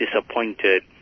disappointed